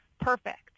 perfect